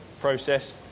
process